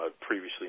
previously